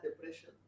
depression